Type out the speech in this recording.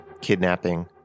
kidnapping